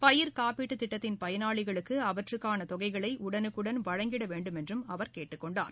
பயிர்க் காப்பீட்டு திட்டத்தின் பயனாளிகளுக்கு அவற்றிற்கான தொகைகளை உடனுக்குடன் வழங்கிட வேண்டும் என்றும் அவர் கேட்டுக் கொண்டார்